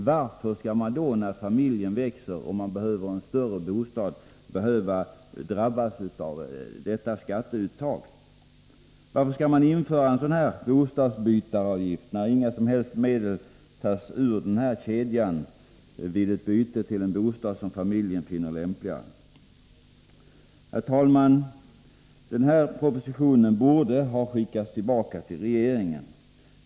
Varför skall man då, när familjen växer och behöver en större bostad, drabbas av detta skatteuttag? Varför skall man införa en sådan här bostadsbytaravgift, när inga som helst medel tas ut ur denna kedja vid byte till en bostad som familjen finner lämpligare? Herr talman! Denna proposition borde ha skickats tillbaka till regeringen.